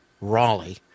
Raleigh